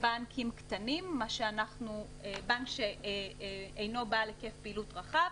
בנקים קטנים, בנקים שאינם בעלי היקף פעילות רחב.